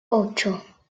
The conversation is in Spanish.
ocho